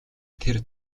тэр